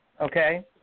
okay